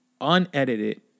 unedited